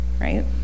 right